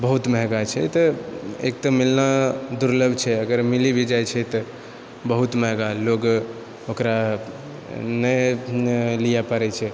बहुत महङ्गा छै तऽ एक तऽ मिलना दुर्लभ छै अगर मिली भी जाए छै तऽ बहुत महङ्गा लोग ओकरा नहि लिए पड़ैत छै